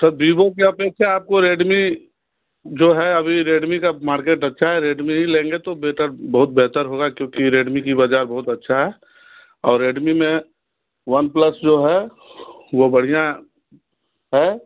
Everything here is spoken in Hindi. तो विवो के अपेक्षा आपको रेडमी जो है अभी रेडमी का मार्केट अच्छा है रेडमी ही लेंगे तो बेटा बहुत बेहतर होगा क्योंकि रेडमी की बाज़ार बहुत अच्छा है और रेडमी में वन प्लस जो है वो बढ़िया है हैं